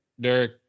Derek